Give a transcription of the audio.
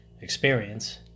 experience